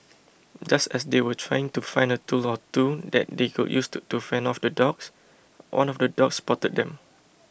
just as they were trying to find a tool or two that they could use to fend off the dogs one of the dogs spotted them